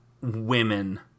women